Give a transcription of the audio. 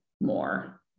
more